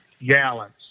gallons